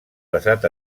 basat